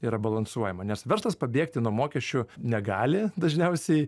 yra balansuojama nes verslas pabėgti nuo mokesčių negali dažniausiai